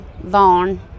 Vaughn